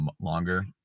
longer